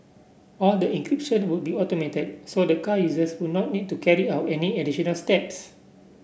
all the encryption would be automated so the car users would not need to carry out any additional steps